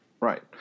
Right